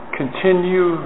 continue